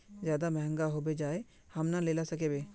ज्यादा महंगा होबे जाए हम ना लेला सकेबे?